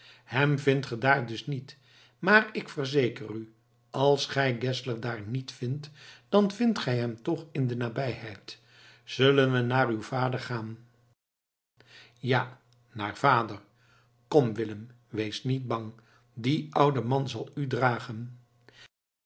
hem vindt ge daar dus niet maar ik verzeker u als gij geszler daar niet vindt dan vindt gij hem toch in de nabijheid zullen we nu naar uw vader gaan ja naar vader kom willem wees niet bang die oude man zal u dragen